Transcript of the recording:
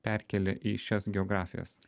perkėlė į šias geografijas